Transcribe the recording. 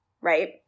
right